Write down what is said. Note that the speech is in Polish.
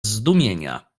zdumienia